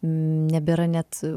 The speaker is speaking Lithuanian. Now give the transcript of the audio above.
nebėra net